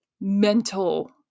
mental